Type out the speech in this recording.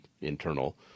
internal